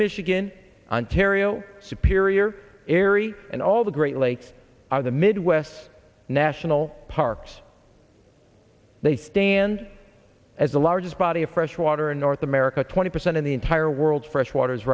michigan ontario superior ery and all the great lakes of the midwest national parks they stand as the largest body of fresh water in north america twenty percent of the entire world's fresh water is